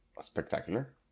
Spectacular